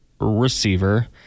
receiver